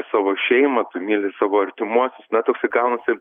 savo šeimą tu myli savo artimuosius na toksai gaunasi